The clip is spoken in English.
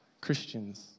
Christians